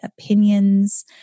opinions